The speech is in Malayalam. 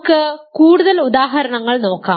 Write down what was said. നമുക്ക് കൂടുതൽ ഉദാഹരണങ്ങൾ നോക്കാം